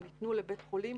הם ניתנו לבית חולים